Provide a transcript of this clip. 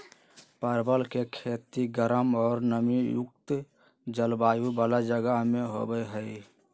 परवल के खेती गर्म और नमी युक्त जलवायु वाला जगह में होबा हई